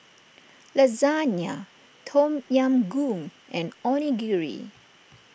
Lasagna Tom Yam Goong and Onigiri